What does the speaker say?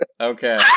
Okay